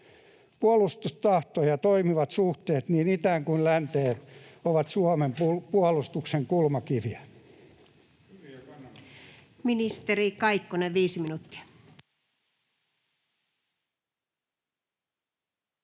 Puolustustahto ja toimivat suhteet niin itään kuin länteen ovat Suomen puolustuksen kulmakiviä.